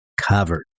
covered